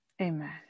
Amen